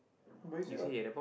but you say what